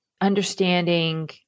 understanding